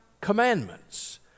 commandments